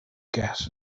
gas